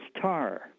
tar